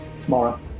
tomorrow